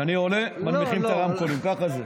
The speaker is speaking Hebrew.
כשאני עולה, מנמיכים את הרמקולים, ככה זה.